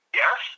yes